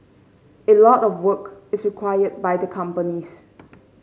a lot of work is required by the companies